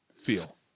feel